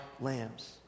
lambs